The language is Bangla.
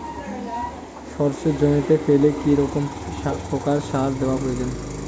সর্ষে জমিতে ফেলে কি কোন প্রকার সার দেওয়া প্রয়োজন?